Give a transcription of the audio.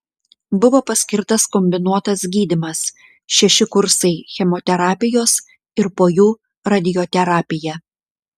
buvo paskirtas kombinuotas gydymas šeši kursai chemoterapijos ir po jų radioterapija